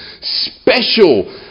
Special